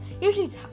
usually